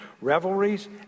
revelries